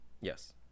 yes